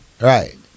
Right